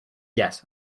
yes